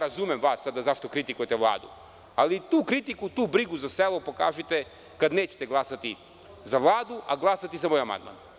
Razumem vas zašto kritikujete Vladu, ali tu kritiku, tu brigu za selo pokažite kad nećete glasati za Vladu, a glasati za moj amandman.